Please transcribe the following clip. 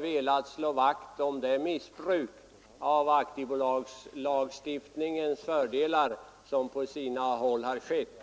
velat slå vakt om det missbruk av aktiebolagslagstiftningens fördelar som på sina håll har skett.